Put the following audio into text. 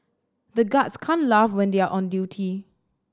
the guards can't laugh when they are on duty